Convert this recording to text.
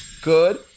Good